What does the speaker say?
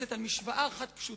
שמבוססת על משוואה אחת פשוטה,